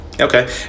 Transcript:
Okay